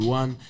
one